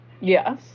Yes